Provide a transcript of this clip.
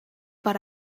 but